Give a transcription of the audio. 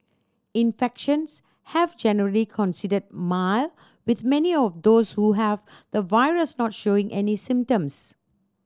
infections have generally considered mild with many of those who have the virus not showing any symptoms